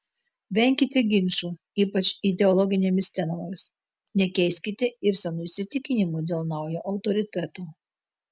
venkite ginčų ypač ideologinėmis temomis nekeiskite ir senų įsitikinimų dėl naujo autoriteto